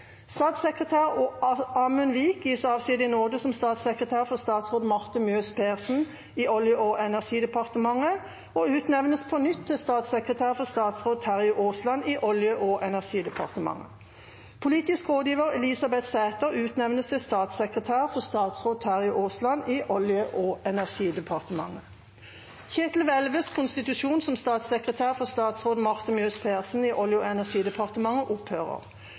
Statssekretær Amund Vik gis avskjed i nåde som statssekretær for statsråd Marte Mjøs Persen i Olje- og energidepartementet og utnevnes på nytt til statssekretær for statsråd Terje Aasland i Olje- og energidepartementet. Politisk rådgiver Elisabeth Sæther utnevnes til statssekretær for statsråd Terje Aasland i Olje- og energidepartementet. Kjetil Vevles konstitusjon som statssekretær for statsråd Marte Mjøs Persen i Olje- og energidepartementet opphører.